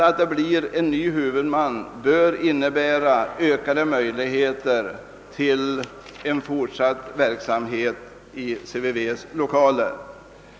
Att CVV får en ny huvudman bör innebära ökade möjligheter att fortsätta verksamheten i CVV:s lokaler.